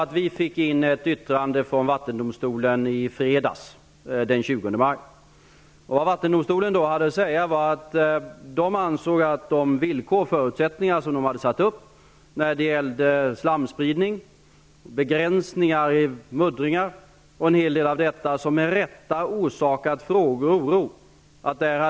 Regeringen fick in ett yttrande från Vattendomstolen hade att säga var att den ansåg att konsortiet till fullo hade lyckats visa att man klarade villkoren och förutsättningarna när det gäller slamspridning, begränsningar i muddringar m.m., något som med rätta orsakat frågor och oro.